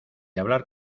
hablar